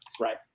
Right